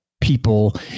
people